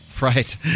Right